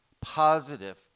positive